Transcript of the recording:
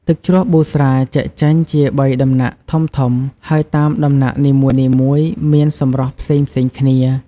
ទឹកជ្រោះប៊ូស្រាចែកចេញជាបីដំណាក់ធំៗ ហើយតាមដំណាក់នីមួយៗមានសម្រស់ផ្សេងៗគ្នា។